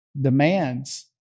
demands